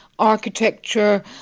Architecture